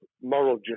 moral